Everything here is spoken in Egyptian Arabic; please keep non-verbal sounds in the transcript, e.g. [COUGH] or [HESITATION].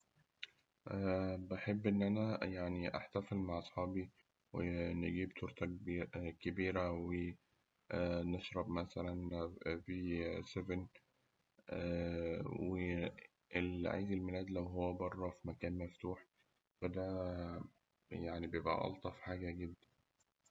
بحب إن أنا أحتفل مع صحابي ونجيب تورتة كبي- كبيرة، ونشرب مثلاً في سيفن، وعيد الميلاد لو هو برا في مكان مفتوح، فده [HESITATION] ألطف حاجة جداً.